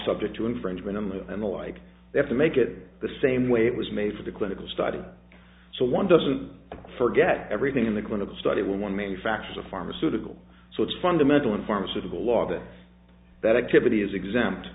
subject to infringement on the and the like they have to make it the same way it was made for the clinical study so one doesn't forget everything in the clinical study one manufactures a pharmaceutical so it's fundamental in pharmaceutical law that that activity is exempt